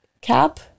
Cap